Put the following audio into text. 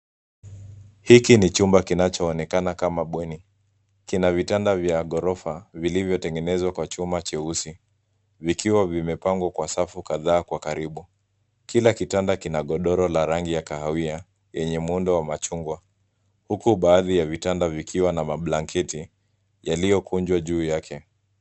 Hiki ni chumba kinachoonekana kama bweni kina vitanda vya ghorofa vilivyotengenezwa kwa chuma cheusi, vikiwa vimepangwa kwa safu kadhaa kwa karibu. Kila kitanda kkna godoro la rangi ya kahawia yenye muundo wa machungwa huku baadhi ya vitanda vikiwa na mablanketi yaliyokunjwa juu ya.